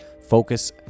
focus